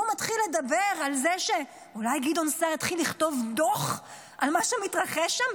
הוא מתחיל לדבר על זה שאולי גדעון סער יתחיל לכתוב דוח על מה שמתרחש שם.